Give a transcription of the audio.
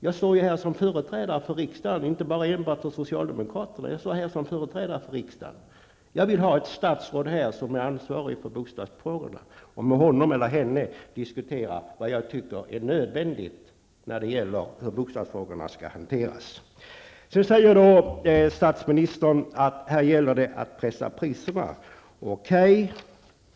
Jag står här som företrädare för riksdagen och inte enbart för socialdemokraterna. Jag vill ha ett statsråd som är ansvarig för bostadsfrågorna och med honom eller henne här i riksdagen kunna diskutera vad jag anser är nödvändigt när det gäller hur bostadsfrågorna skall hanteras. Sedan säger statsministern att det gäller att pressa priserna.